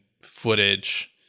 footage